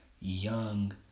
young